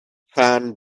fan